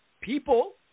people